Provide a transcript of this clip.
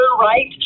right